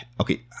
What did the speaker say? okay